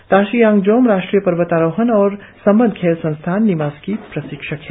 तासी यांगजोम राष्ट्रीय पर्वतारोहण और संबंद्ध खेल संस्थान निमास की प्रशिक्षक है